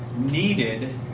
needed